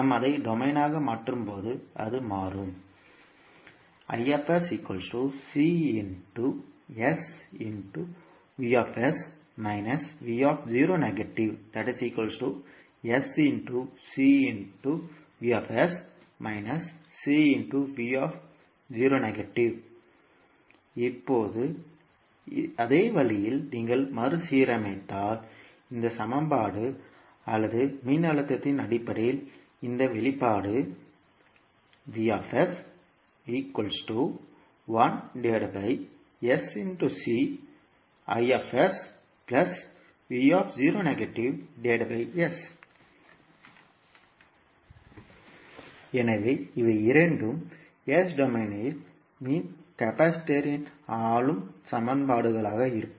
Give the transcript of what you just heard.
நாம் அதை டொமைனாக மாற்றும்போது அது மாறும் இப்போது அதே வழியில் நீங்கள் மறுசீரமைத்தால் இந்த சமன்பாடு அல்லது மின்னழுத்தத்தின் அடிப்படையில் இந்த வெளிப்பாடு எனவே இவை இரண்டும் s டொமைனில் மின்தேக்கியின் ஆளும் சமன்பாடுகளாக இருக்கும்